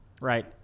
Right